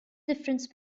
difference